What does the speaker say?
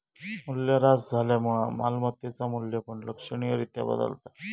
मूल्यह्रास झाल्यामुळा मालमत्तेचा मू्ल्य पण लक्षणीय रित्या बदलता